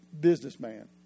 businessman